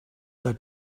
that